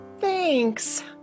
Thanks